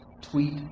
tweet